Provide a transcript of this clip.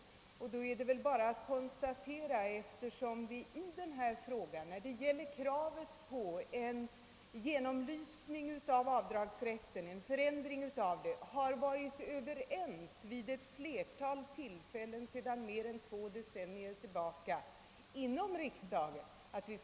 Det är väl ändå så att vi i riksdagen vid ett flertal tillfällen sedan mer än två decennier har varit överens om kravet på en genomlysning och en förändring av avdragsrätten.